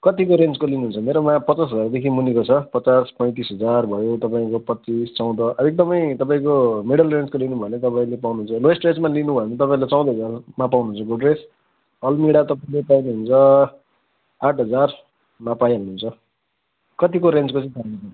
कत्तिको रेन्जको लिनुहुन्छ मेरोमा पचास हजारदेखिन् मुनिको छ पचास पैँतिस हजार भयो तपाईँको पच्चिस चौध एकदमै तपाईँको मिडल रेन्जको लिनुभयो भने तपाईँले पाउनुहुन्छ लोवेस्ट रेन्जमा लिनुभयो भने तपाईँले चौध हजारमा पाउनुहुन्छ गोड्रेज अलमिरा तपाईँले पउनुहुन्छ आठ हजारमा पाइहाल्नुहुन्छ कतिको रेन्जको